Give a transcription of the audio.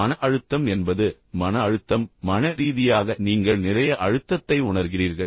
மன அழுத்தம் என்பது மன அழுத்தம் மன ரீதியாக நீங்கள் நிறைய அழுத்தத்தை உணர்கிறீர்கள்